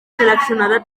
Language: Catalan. seleccionada